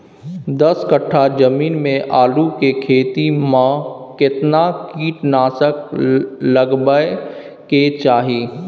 दस कट्ठा जमीन में आलू के खेती म केतना कीट नासक लगबै के चाही?